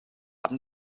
baden